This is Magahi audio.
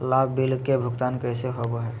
लाभ बिल के भुगतान कैसे होबो हैं?